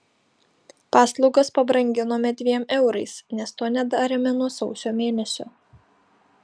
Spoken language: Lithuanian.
paslaugas pabranginome dviem eurais nes to nedarėme nuo sausio mėnesio